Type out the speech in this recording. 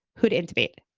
hood intimate,